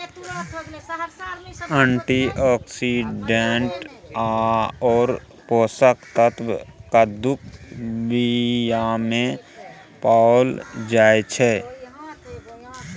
antioxidant आओर पोषक तत्व कद्दूक बीयामे पाओल जाइत छै